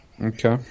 Okay